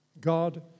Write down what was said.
God